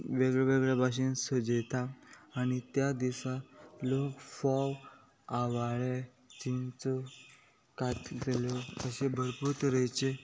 वेगळ्या वेगळ्या भाशेन सुजयता आनी त्या दिसा लोक फोव आंवाळे चिंचो कातल्यो अशे भरपूर तरेचे